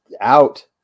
out